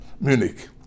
Munich